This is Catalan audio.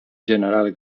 general